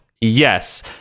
Yes